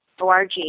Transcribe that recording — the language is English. Org